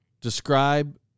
Describe